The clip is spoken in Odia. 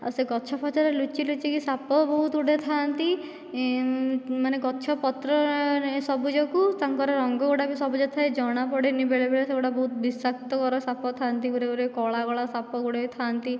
ଆଉ ସେ ଗଛ ଫଛରେ ଲୁଚି ଲୁଚି କି ସାପ ବହୁତ ଗୁଡ଼ାଏ ଥାଆନ୍ତି ମାନେ ଗଛ ପତ୍ର ସବୁଜକୁ ତାଙ୍କ ର ରଙ୍ଗ ଗୁଡ଼ା ବି ସବୁଜ ଥାଏ ଜଣା ପଡ଼େନି ବେଳେବେଳେ ସେଗୁଡ଼ା ବହୁତ ବିଷାକ୍ତକର ସାପ ଥାଆନ୍ତି ଗୁଡ଼ାଏ ଗୁଡ଼ାଏ କଳା କଳା ସାପ ଗୁଡ଼ାଏ ଥାଆନ୍ତି